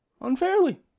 unfairly